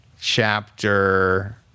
chapter